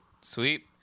sweet